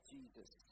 Jesus